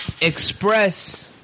express